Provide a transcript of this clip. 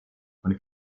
und